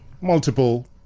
multiple